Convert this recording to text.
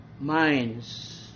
minds